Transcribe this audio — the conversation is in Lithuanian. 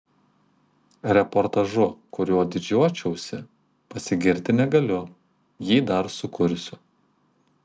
reportažu kuriuo didžiuočiausi pasigirti negaliu jį dar sukursiu